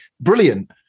brilliant